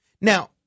Now